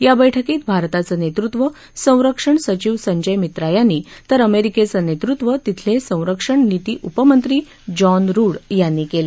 या बैठकीत भारताचं नेतृत्व संरक्षण सचिव संजय मित्रा यांनी तर अमेरिकेचं नेतृत्व तिथले संरक्षण नीती उपमंत्री जॉन रूड यांनी केलं